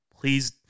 please